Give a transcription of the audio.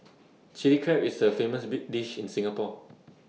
Chilli Crab is A famous bit dish in Singapore